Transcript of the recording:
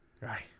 right